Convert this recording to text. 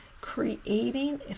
creating